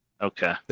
Okay